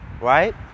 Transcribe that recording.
Right